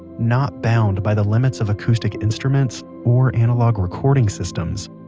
not bound by the limits of acoustic instruments, or analog recording systems.